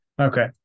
Okay